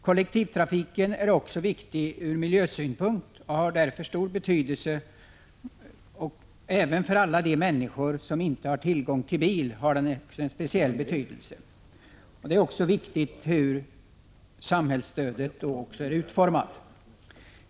Kollektivtrafiken är också viktig ur miljösynpunkt och har speciell betydelse för alla de människor som inte har tillgång till bil. Därför är det särskilt viktigt hur samhällsstödet är utformat.